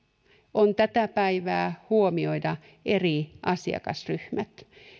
on tätä päivää huomioida eri asiakasryhmät